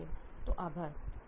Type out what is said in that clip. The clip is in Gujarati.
ઠીક છે તો આભાર